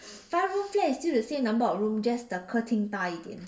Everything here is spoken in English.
five room flat is still the same number of room just the 客厅大一点